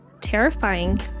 terrifying